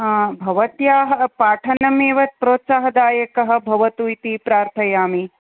भवत्याः पाठनम् एव प्रोत्साहदायकः भवतु इति प्रार्थयामि